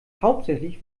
hauptsächlich